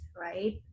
right